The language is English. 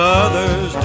others